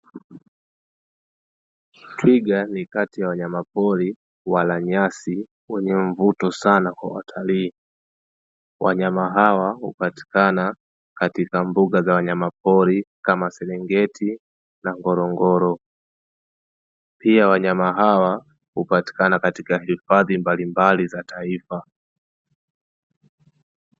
Twiga ni kati ya wanyamapori wala nyasi wenye mvuto kwa watalii. Wanyama hawa hupatikana katika mbuga za wanyamapori kama Serengeti na Ngorongoro, pia wanyama hawa hupatikana katika hifadhi mbalimbali za taifa.